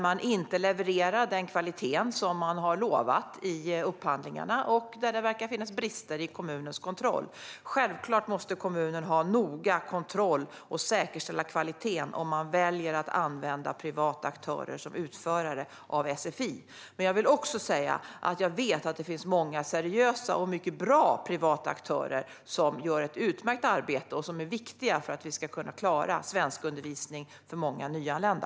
Man levererar inte den kvalitet som man har lovat i upphandlingarna, och det verkar finnas brister i kommunens kontroll. Självklart måste kommunen ha noggrann kontroll och säkerställa kvaliteten om den väljer att anlita privata aktörer som utförare av sfi. Men jag vill också säga att jag vet att det finns många seriösa och mycket bra privata aktörer som gör ett utmärkt arbete och är viktiga för att vi ska klara svenskundervisning för många nyanlända.